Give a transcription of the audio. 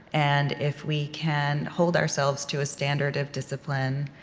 and if we can hold ourselves to a standard of discipline,